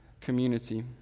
community